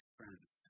friends